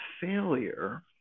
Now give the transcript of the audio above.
failure